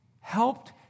Helped